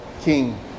king